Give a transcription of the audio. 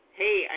hey